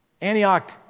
Antioch